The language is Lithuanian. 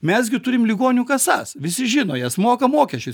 mes gi turim ligonių kasas visi žino jas moka mokesčius